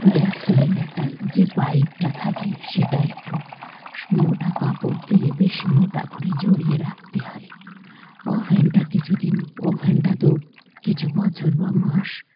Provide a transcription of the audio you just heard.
gas সিলিন্ডারটা যে পাইপটা থাকে সেটা একটু মোটা কাপড় দিয়ে বেশ মোটা করে জড়িয়ে রাখতে হয় ওভেনটা কিছুদিন ওভেনটা তো কিছু বছর বা মাস